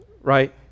right